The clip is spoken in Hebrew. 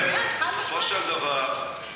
בסופו של דבר,